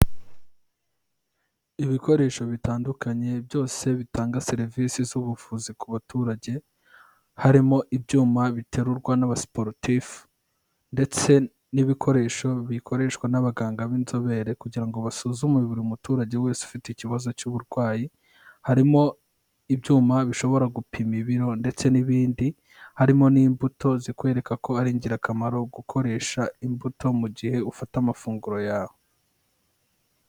Ibikoresho bitandukanye byose bitanga serivisi z'ubuvuzi ku baturage harimo ibyuma biterurwa n'aba sporutifu ndetse n'ibikoresho bikoreshwa n'abaganga b'inzobere kugira ngo basuzume buri muturage wese ufite ikibazo cy'uburwayi harimo ibyuma bishobora gupima ibiro ndetse n'ibindi harimo n'imbuto zikwereka ko ari ingirakamaro gukoresha imbuto mu gihe ufata amafunguro yawe.